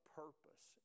purpose